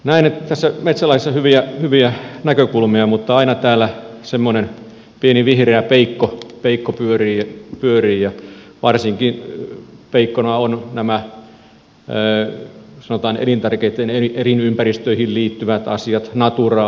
näen että tässä metsälaissa on hyviä näkökulmia mutta aina täällä semmoinen pieni vihreä peikko pyörii ja varsinkin peikkona ovat nämä sanotaan elintärkeisiin elinympäristöihin liittyvät asiat natura asiat